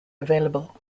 available